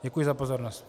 Děkuji za pozornost.